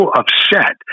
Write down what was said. upset